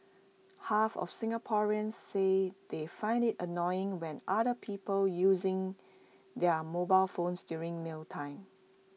half of Singaporeans say they find IT annoying when other people using their mobile phones during mealtimes